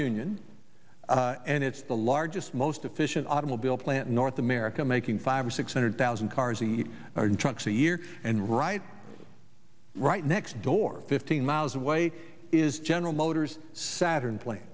union and it's the largest most efficient automobile plant in north america making five or six hundred thousand cars the trucks a year and right right next door fifteen miles away is general motors saturn plant